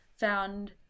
found